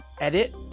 Edit